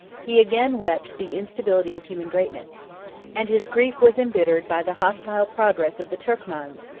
he again wept the instability of human greatness and his grief was imbittered by the hostile progress of the turkmans,